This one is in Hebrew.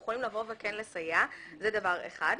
זה דבר אחד.